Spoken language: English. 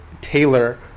Taylor